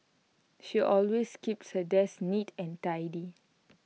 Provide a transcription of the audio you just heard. she always keeps her desk neat and tidy